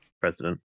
president